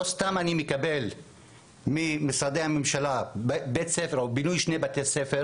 לא סתם אני מקבל ממשרדי הממשלה בית ספר או בינוי שני בתי ספר